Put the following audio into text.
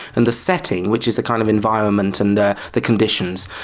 and the setting, which is the kind of environment and the the conditions.